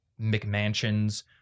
McMansions